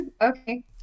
okay